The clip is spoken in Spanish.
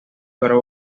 pero